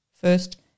First